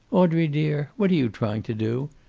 audrey dear, what are you trying to do?